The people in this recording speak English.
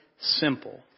simple